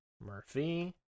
Murphy